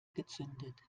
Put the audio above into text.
gezündet